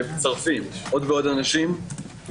ומצטרפים עוד ועוד אנשים.